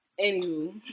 Anywho